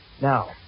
Now